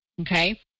Okay